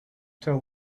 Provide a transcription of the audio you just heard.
tell